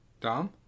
Dom